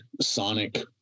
sonic